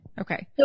Okay